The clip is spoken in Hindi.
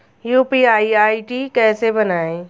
यू.पी.आई आई.डी कैसे बनाएं?